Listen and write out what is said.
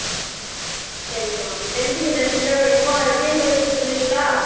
ம் சரிங்கம்மா கெளுத்தி மீன் ரெண்டு கிலோ வேணும் அதை க்ளீன் பண்ணி கொடுத்துருவீங்களா